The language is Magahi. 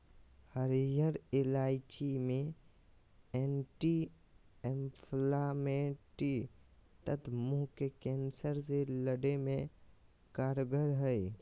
हरीयर इलायची मे एंटी एंफलामेट्री तत्व मुंह के कैंसर से लड़े मे कारगर हई